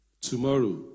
Tomorrow